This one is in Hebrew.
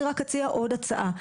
אני רק אציע עוד הצעה.